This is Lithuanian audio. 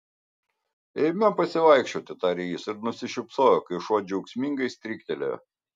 eime pasivaikščioti tarė jis ir nusišypsojo kai šuo džiaugsmingai stryktelėjo